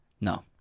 No